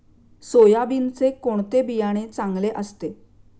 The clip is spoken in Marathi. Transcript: सोयाबीनचे कोणते बियाणे चांगले असते?